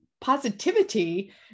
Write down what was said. positivity